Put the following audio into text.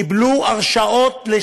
קיבלו הרשאות.